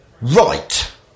right